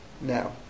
Now